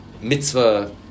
mitzvah